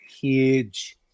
huge